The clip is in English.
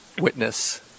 witness